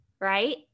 Right